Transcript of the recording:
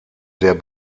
der